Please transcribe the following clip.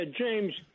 James